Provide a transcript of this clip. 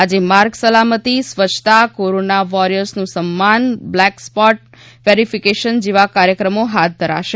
આજે માર્ગ સલામતી સ્વચ્છતા કોરોના વોરીયરનું સન્માન બ્લેક સ્પોટ વેરીફીકેશન જેવા કાર્યક્રમો હાથ ધરાશે